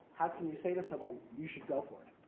how can you say to someone, you should go for it?